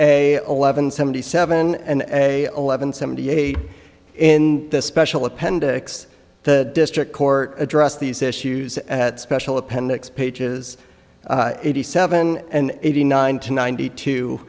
a eleven seventy seven and a eleven seventy eight in the special appendix the district court addressed these issues at special appendix pages eighty seven and eighty nine to ninety two